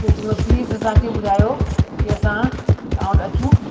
इहो प्लीज़ असांखे ॿुधायो की असां तव्हां वटि अचूं